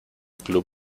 club